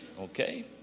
okay